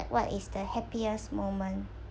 what is the happiest moment